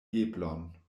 eblon